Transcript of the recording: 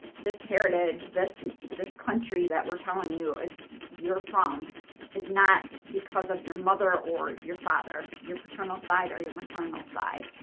this heritage, this this country that we're telling you you're from is not because of your mother or your father, your paternal side or your maternal side.